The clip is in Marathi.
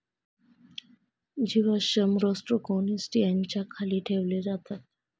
जीवाश्म रोस्ट्रोकोन्टि याच्या खाली ठेवले जातात